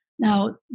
Now